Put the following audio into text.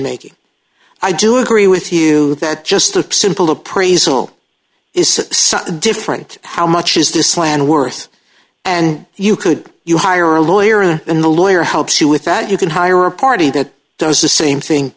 making i do agree with you that just a simple appraisal is something different how much is this land worth and you could you hire a lawyer and a lawyer helps you with that you can hire a party that does the same thing